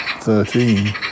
thirteen